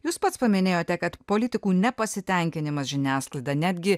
jūs pats paminėjote kad politikų nepasitenkinimas žiniasklaida netgi